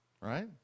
Right